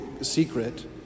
secret